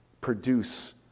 produce